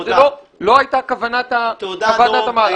זו לא היתה כוונת המהלך.